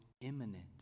imminent